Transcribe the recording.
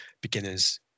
beginners